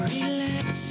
Relax